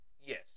Yes